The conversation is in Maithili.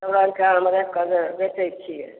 हमरा आओरके आम ओएह कनि बेचैत छियै